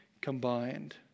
combined